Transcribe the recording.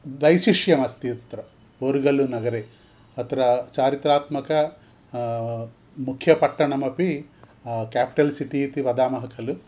वैशिष्यमस्ति अत्र ओरुगल्लु नगरे अत्र चरित्रात्मक मुख्यपट्टणमपि काप्टल् सिटी इति वदामः खलु